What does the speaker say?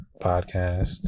podcast